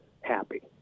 happy